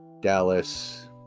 Dallas